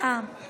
אני